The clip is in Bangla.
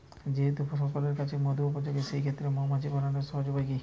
যেহেতু সকলের কাছেই মধু উপকারী সেই ক্ষেত্রে মৌমাছি পালনের সহজ উপায় কি?